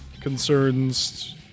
concerns